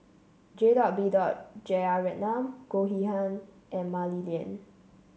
J dot B dot Jeyaretnam Goh Yihan and Mah Li Lian